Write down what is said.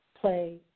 play